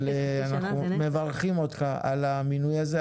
אנחנו מברכים אותך על המינוי הזה.